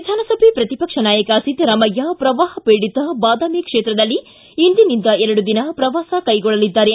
ವಿಧಾನಸಭೆ ಪ್ರತಿಪಕ್ಷ ನಾಯಕ ಸಿದ್ದರಾಮಯ್ಯ ಪ್ರವಾಹ ಪೀಡಿತ ಬಾದಾಮಿ ಕ್ಷೇತ್ರದಲ್ಲಿ ಇಂದಿನಿಂದ ಎರಡು ದಿನ ಪ್ರವಾಸ ಕೈಗೊಳ್ಳಲಿದ್ದಾರೆ